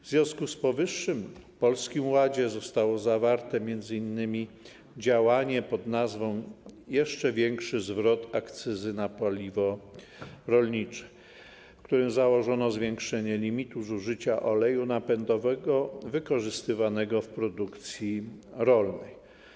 W związku z powyższym w Polskim Ładzie zostało zawarte m.in. działanie pod nazwą: jeszcze większy zwrot akcyzy na paliwo rolnicze, w przypadku którego założono zwiększenie limitu zużycia oleju napędowego wykorzystywanego w produkcji rolnej.